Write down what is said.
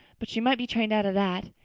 but she might be trained out of that.